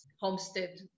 homestead